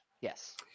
Yes